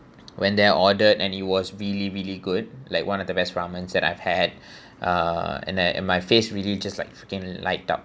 one day I ordered and it was really really good like one of the best ramen set I've had uh and that and my face really just like became light up